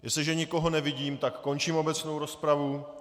Jestliže nikoho nevidím, tak končím obecnou rozpravu.